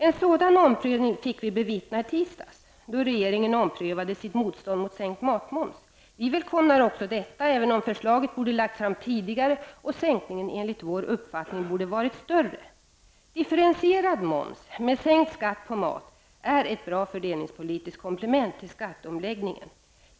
En sådan omprövning fick vi bevittna i tisdags då regeringen omprövade sitt motstånd mot sänkt matmoms. Vi välkomnar också detta, även om förslaget borde lagts fram tidigare och sänkningen enligt vår uppfattning borde varit större. Differentierad moms med sänkt skatt på mat är ett bra fördelningspolitiskt komplement till skatteomläggningen.